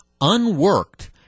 unworked